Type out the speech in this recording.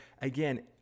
again